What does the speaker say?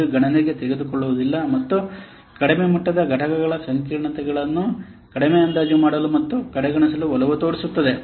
ಇದು ಗಣನೆಗೆ ತೆಗೆದುಕೊಳ್ಳುವುದಿಲ್ಲ ಮತ್ತು ಕಡಿಮೆ ಮಟ್ಟದ ಘಟಕಗಳ ಸಂಕೀರ್ಣತೆಗಳನ್ನು ಕಡಿಮೆ ಅಂದಾಜು ಮಾಡಲು ಮತ್ತು ಕಡೆಗಣಿಸಲು ಒಲವು ತೋರಬಹುದು